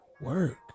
work